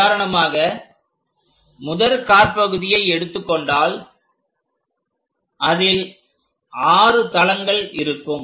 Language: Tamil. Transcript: உதாரணமாக முதற் காற்பகுதியை எடுத்துக்கொண்டால் அதில் 6 தளங்கள் இருக்கும்